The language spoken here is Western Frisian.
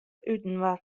útinoar